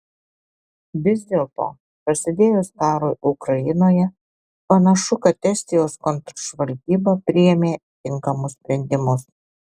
vis dėlto prasidėjus karui ukrainoje panašu kad estijos kontržvalgyba priėmė tinkamus sprendimus